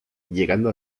llegando